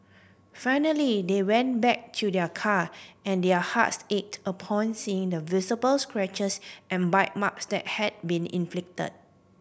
finally they went back to their car and their hearts ached upon seeing the visible scratches and bite marks that had been inflicted